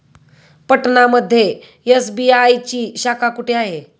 पटना मध्ये एस.बी.आय ची शाखा कुठे आहे?